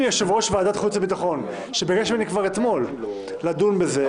אם יושב-ראש ועדת החוץ והביטחון שביקש ממני כבר אתמול לדון בזה.